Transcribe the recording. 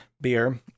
beer